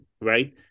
Right